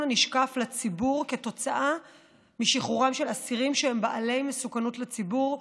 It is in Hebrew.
הנשקף לציבור כתוצאה משחרורם של אסירים שהם בעלי מסוכנות לציבור,